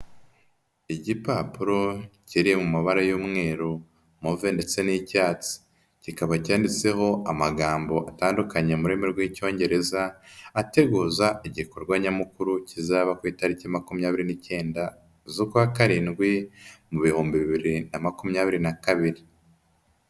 Igipapuro kiri mu mabara y'umweru, move ndetse n'icyatsi, kikaba cyanditseho amagambo atandukanye mu rurimi rw'icyongereza, ateguza igikorwa nyamukuru kizaba ku itariki makumyabiri n'icyenda z'ukwa karindwi, mu bihumbi bibiri na makumyabiri na kabiri.